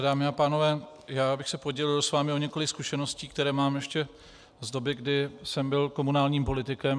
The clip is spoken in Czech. Dámy a pánové, rád bych se podělil s vámi o několik zkušeností, které mám ještě z doby, kdy jsem byl komunálním politikem.